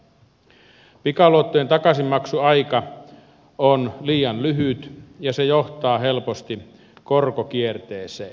viidenneksi pikaluottojen takaisinmaksuaika on liian lyhyt ja se johtaa helposti korkokierteeseen